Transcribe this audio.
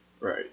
right